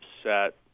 upset